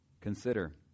consider